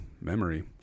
memory